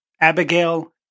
Abigail